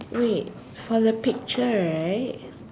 wait for the picture right